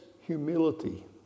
humility